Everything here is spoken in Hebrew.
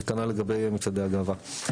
וכנ"ל לגבי מצעדי הגאווה.